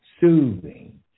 soothing